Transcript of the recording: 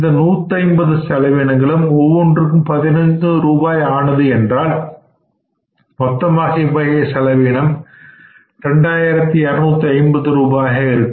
இந்த 150 செலவினங்களும் ஒவ்வொன்றுக்கும் 15 ரூபாய் ஆனது என்றால் மொத்தமாக இவ்வகை செலவினம் 2250 ரூபாயாக இருக்கும்